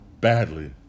badly